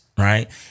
Right